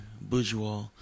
bourgeois